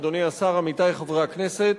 אדוני השר, עמיתי חברי הכנסת,